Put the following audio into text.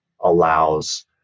allows